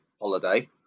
holiday